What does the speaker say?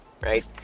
right